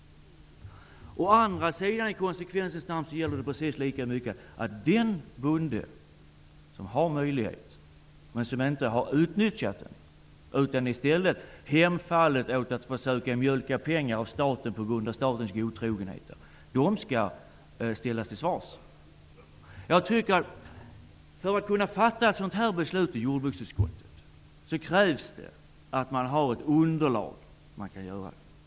I konsekvensens namn gäller det precis lika mycket att den bonde som har haft möjlighet men inte har utnyttjat den utan i stället hemfallit åt att försöka mjölka pengar av staten på grund av statens godtrogenhet skall ställas till svars. För att kunna fatta ett beslut av detta slag i jordbruksutskottet krävs att man har ett underlag.